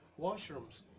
washrooms